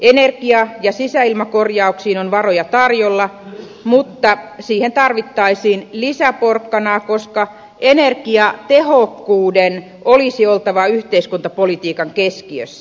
energia ja sisäilmakorjauksiin on varoja tarjolla mutta niihin tarvittaisiin lisäporkkanaa koska energiatehokkuuden olisi oltava yhteiskuntapolitiikan keskiössä